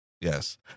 Yes